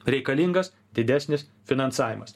reikalingas didesnis finansavimas